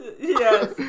Yes